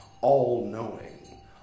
all-knowing